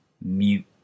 mute